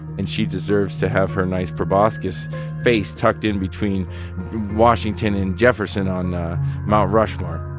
and she deserves to have her nice proboscis face tucked in between washington and jefferson on mount rushmore